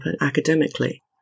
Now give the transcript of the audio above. academically